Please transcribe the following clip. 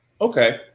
okay